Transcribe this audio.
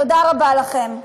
תודה רבה לכם.